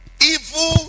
evil